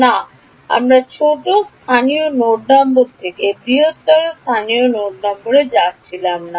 না আমরা ছোট স্থানীয় নোড নম্বর থেকে বৃহত্তর স্থানীয় নোড নম্বর যাচ্ছিলাম না